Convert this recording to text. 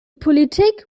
politik